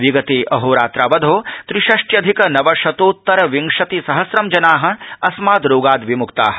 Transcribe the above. विगते अहोरात्रावधौ त्रि षष्ट्यधिक नवशतोत्तर विंशति सहस्रं जना अस्माद् रोगाद् विम्क्ता